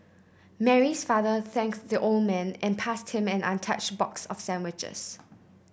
Mary's father thanked the old man and passed him an untouched box of sandwiches